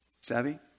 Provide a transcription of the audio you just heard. Savvy